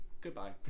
goodbye